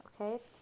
okay